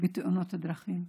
בתאונות הדרכים.